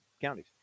counties